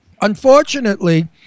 unfortunately